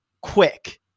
quick